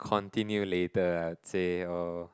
continue later ah say or